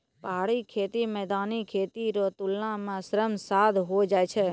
पहाड़ी खेती मैदानी खेती रो तुलना मे श्रम साध होय जाय छै